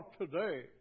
today